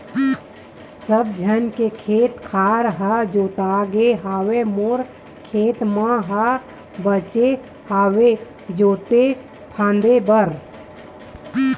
सब झन के खेत खार ह जोतागे हवय मोरे खेत मन ह बचगे हवय जोते फांदे बर